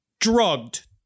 drugged